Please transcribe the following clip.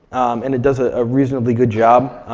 and it does a ah reasonably good job.